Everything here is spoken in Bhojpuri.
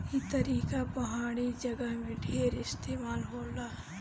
ई तरीका पहाड़ी जगह में ढेर इस्तेमाल होला